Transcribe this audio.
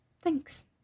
Thanks